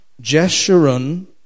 Jeshurun